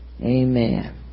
Amen